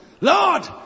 Lord